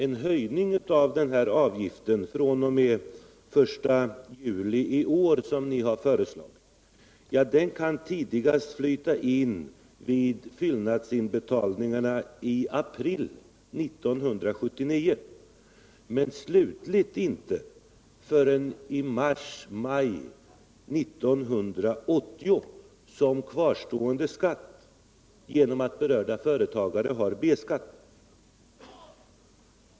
En höjning av skogsvårdsavgiften fr.o.m. den 1 juli i år, såsom vi har föreslagit, kan tidigast flyta in vid fyllnadsinbetalningarna i april 1979 men slutligt inte förrän i mars-maj 1980 som kvarstående skatt genom att berörda företagare har B-skatt.